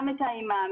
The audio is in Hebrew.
גם את האימאמים,